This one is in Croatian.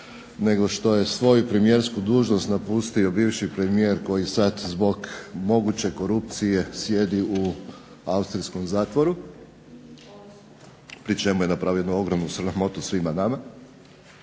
nego što je svoju premijersku dužnost napustio bivši premijer koji sad zbog moguće korupcije sjedi u austrijskom zatvoru, pri čemu je napravio ogromnu sramotu svima nama,